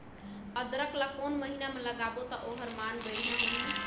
अदरक ला कोन महीना मा लगाबो ता ओहार मान बेडिया होही?